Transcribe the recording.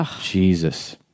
Jesus